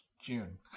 June